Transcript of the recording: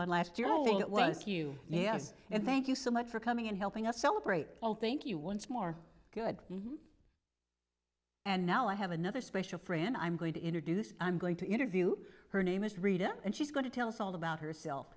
on last year i think it was you yes and thank you so much for coming in helping us celebrate all thank you once more good and now i have another special friend i'm going to introduce i'm going to interview her name is rita and she's going to tell us all about herself